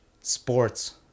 sports